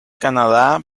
canadá